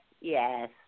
Yes